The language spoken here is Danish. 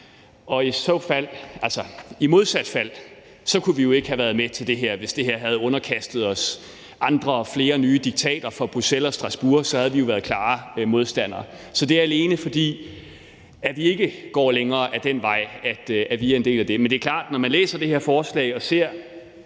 i modsat fald kunne vi ikke have været med til det her, altså hvis det havde underkastet os andre og flere nye diktater fra Bruxelles og Strasbourg – så havde vi jo været klare modstandere. Så det er alene, fordi vi ikke går længere ad den vej, at vi er en del af det. Men det er klart, at når man læser det her forslag og ser